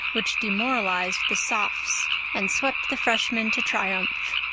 which demoralized the sophs and swept the freshmen to triumph.